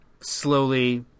slowly